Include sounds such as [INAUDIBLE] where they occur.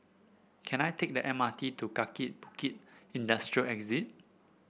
can I take the M R T to Kaki Bukit Industrial [UNINTELLIGIBLE]